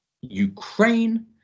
Ukraine